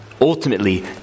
ultimately